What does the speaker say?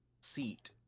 seat